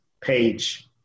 page